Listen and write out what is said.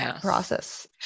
process